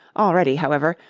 already, however,